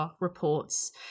reports